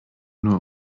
nur